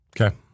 Okay